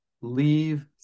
leave